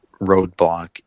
roadblock